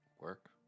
work